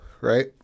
right